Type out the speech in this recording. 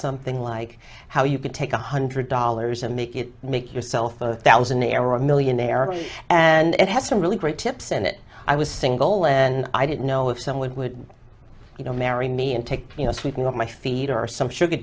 something like how you could take one hundred dollars and make it make yourself a thousand arrow millionaire and it has some really great tips in it i was single and i didn't know if someone would you know marry me and take you know sweeping up my feet are some sugar